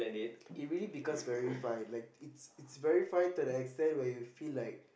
it really becomes very fine like it's it's very fine to the extent you feel like